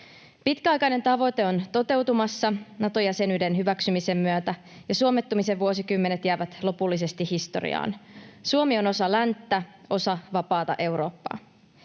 Pitkäaikainen tavoite on toteutumassa Nato-jäsenyyden hyväksymisen myötä, ja suomettumisen vuosikymmenet jäävät lopullisesti historiaan. Suomi on osa länttä, osa vapaata Eurooppaa.